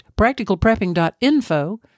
practicalprepping.info